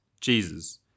Jesus